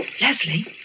Leslie